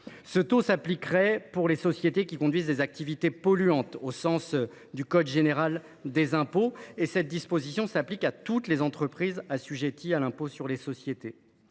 Ce taux s’appliquerait aux sociétés qui ont des activités polluantes, au sens du code général des impôts – cette disposition s’applique à toutes les entreprises assujetties à l’impôt sur les sociétés